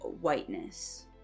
whiteness